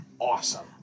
awesome